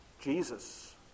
Jesus